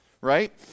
right